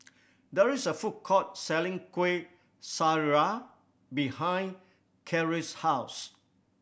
there is a food court selling Kueh Syara behind Kiera's house